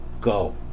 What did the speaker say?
go